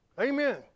Amen